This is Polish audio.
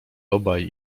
obaj